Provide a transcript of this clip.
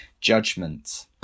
judgment